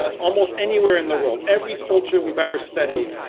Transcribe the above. ah almost anywhere in the world. every culture we've ever studied,